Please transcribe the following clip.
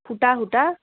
সূতা সূতা